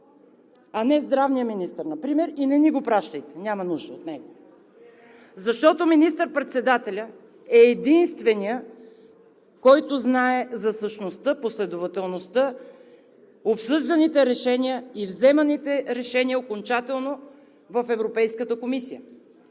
а не здравният министър например, и не ни го пращайте – няма нужда от него? Защото министър-председателят е единственият, който знае за същността, последователността, обсъжданите решения и вземаните решения окончателно в Европейската комисия.